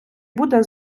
буде